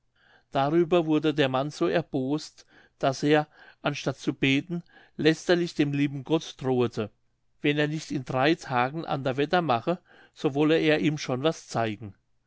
darüber wurde der mann so erbost daß er anstatt zu beten lästerlich dem lieben gott drohete wenn er nicht in drei tagen ander wetter mache so wolle er ihm schon was zeigen